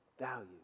value